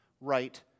right